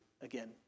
again